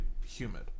humid